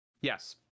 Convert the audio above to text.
Yes